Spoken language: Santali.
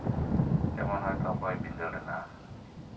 ᱡᱮᱢᱚᱱ ᱦᱚᱭᱛᱚ ᱚᱠᱭᱮ ᱵᱷᱤᱸᱫᱟᱹᱲ ᱮᱱᱟ